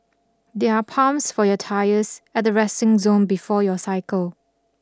there are pumps for your tyres at the resting zone before your cycle